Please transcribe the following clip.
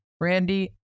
Randy